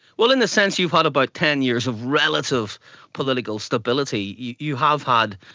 well, in a sense you've had about ten years of relative political stability. you have had